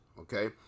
okay